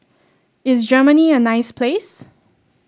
is Germany a nice place